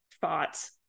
thoughts